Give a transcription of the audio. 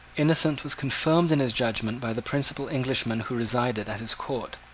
innocent was confirmed in his judgment by the principal englishmen who resided at his court.